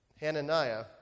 Hananiah